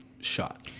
shot